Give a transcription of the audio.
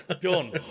Done